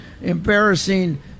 embarrassing